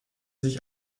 sich